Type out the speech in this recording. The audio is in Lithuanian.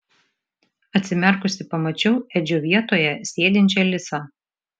atsimerkusi pamačiau edžio vietoje sėdinčią lisą